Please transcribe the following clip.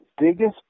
biggest